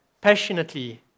passionately